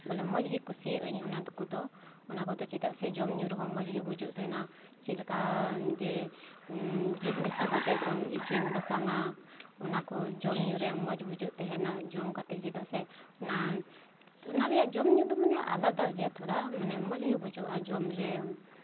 ᱵᱚᱞᱮ ᱢᱚᱡᱽ ᱜᱮ ᱠᱩᱥᱤᱭᱟᱜ ᱟᱹᱧ ᱚᱱᱟ ᱠᱚᱫᱚ ᱚᱱᱟ ᱠᱚᱫᱚ ᱪᱮᱫᱟᱜ ᱥᱮ ᱡᱚᱢ ᱧᱩ ᱨᱮᱦᱚᱸ ᱢᱚᱡᱽ ᱜᱮ ᱵᱩᱡᱩᱜ ᱛᱟᱦᱮᱱᱟ ᱪᱮᱫ ᱞᱮᱠᱟ ᱡᱮ ᱡᱤᱞ ᱢᱮᱥᱟ ᱠᱟᱛᱮ ᱵᱚᱱ ᱤᱥᱤᱱ ᱵᱟᱥᱟᱝᱼᱟ ᱚᱱᱟ ᱠᱚ ᱡᱚᱢ ᱧᱩ ᱨᱮ ᱢᱚᱡᱽ ᱵᱩᱡᱩᱜ ᱛᱟᱦᱮᱱᱟ ᱡᱚᱢ ᱠᱟᱛᱮᱜ ᱪᱮᱫᱟᱜ ᱥᱮ ᱚᱱᱟ ᱚᱱᱟ ᱨᱮᱭᱟᱜ ᱡᱚᱢ ᱧᱩ ᱫᱚ ᱢᱟᱱᱮᱟᱞᱟᱫᱟ ᱜᱮᱭᱟ ᱛᱷᱚᱲᱟ ᱢᱟᱱᱮ ᱢᱚᱡᱽ ᱜᱮ ᱵᱩᱡᱩᱜᱼᱟ ᱡᱚᱢᱨᱮ